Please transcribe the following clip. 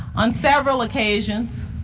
on several occasions,